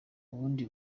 ubundi